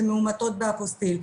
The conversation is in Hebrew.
שמאומתות באפוסטיל,